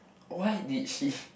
why did she